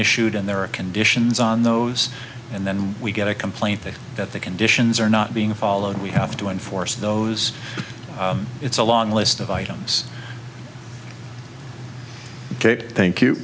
issued and there are conditions on those and then when we get a complaint that the conditions are not being followed we have to enforce those it's a long list of items kate thank you